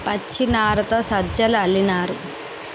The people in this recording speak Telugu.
పచ్చినారతో సజ్జలు అల్లినారు